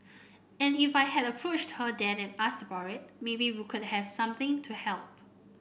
and if I had approached her then and asked about it maybe we could have something to help